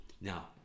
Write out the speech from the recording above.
Now